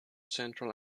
central